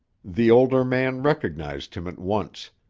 the older man recognized him at once,